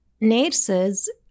nurses